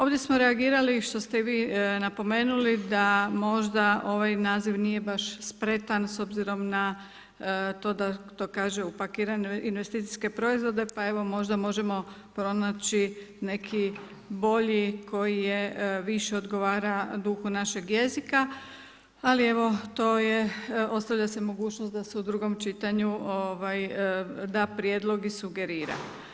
Ovdje smo reagirali, što ste i vi napomenuli, da možda ovaj naziv nije baš spretan s obzirom da to kaže upakirane investicijske proizvode pa možda možemo pronaći neki bolji koji više odgovara duhu našeg jezika, ali evo to ostavlja se mogućnost da se u drugom čitanju da prijedlog i sugerira.